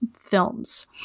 films